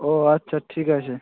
ও আচ্ছা ঠিক আছে